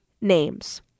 names